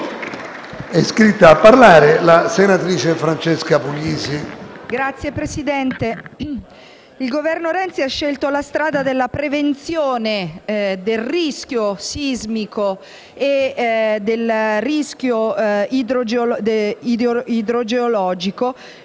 il Governo Renzi ha scelto la strada della prevenzione del rischio sismico e idrogeologico,